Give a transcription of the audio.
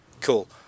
Cool